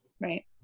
right